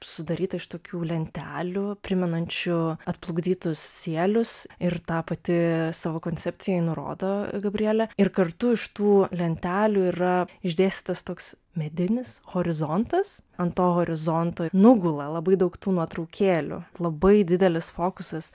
sudaryta iš tokių lentelių primenančių atplukdytus sielius ir tą pati savo koncepcijoj nurodo gabrielė ir kartu iš tų lentelių yra išdėstytas toks medinis horizontas ant to horizonto nugula labai daug tų nuotraukėlių labai didelis fokusas